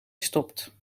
stopt